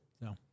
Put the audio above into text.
No